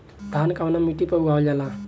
धान कवना मिट्टी पर उगावल जाला?